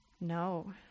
No